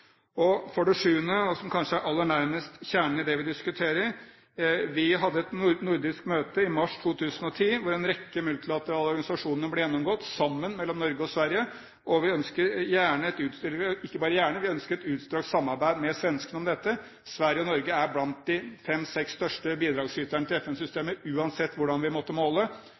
For det sjuende, og som kanskje er aller nærmest kjernen av det vi diskuterer: Vi hadde et nordisk møte i mars 2010, hvor en rekke multilaterale organisasjoner ble gjennomgått sammen, mellom Norge og Sverige, og vi ønsker et utstrakt samarbeid med svenskene om dette. Sverige og Norge er blant de fem–seks største bidragsyterne til FN-systemet, uansett hvordan vi måtte måle.